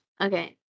Okay